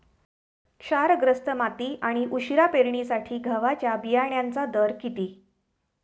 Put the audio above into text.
क्षारग्रस्त माती आणि उशिरा पेरणीसाठी गव्हाच्या बियाण्यांचा दर किती?